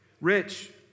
Rich